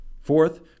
Fourth